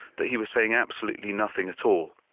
that he was saying absolutely nothing at all.